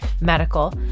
medical